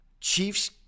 Chiefs